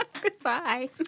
Goodbye